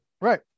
Right